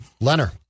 Leonard